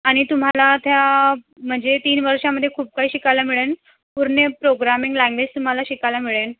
आणि तुम्हाला त्या म्हणजे तीन वर्षामध्ये खूप काही शिकायला मिळंन पूर्ण प्रोग्रामिंग लँग्वेज तुम्हाला शियकाला मिळेन